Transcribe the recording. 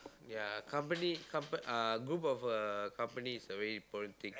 ya company compa~ uh group of a company is a very important thing